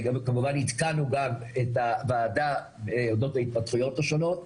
וכמובן עדכנו גם את הוועדה אודות ההתפתחויות השונות,